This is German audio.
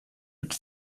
mit